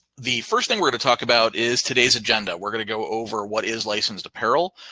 the first thing we're gonna talk about is today's agenda. we're gonna go over what is licensed apparel.